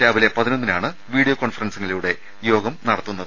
രാവിലെ പതിനൊന്നിനാണ് വീഡിയോ കോൺഫറൻസിലൂടെ യോഗം നടത്തുന്നത്